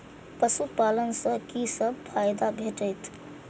पशु पालन सँ कि सब फायदा भेटत?